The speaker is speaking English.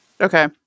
Okay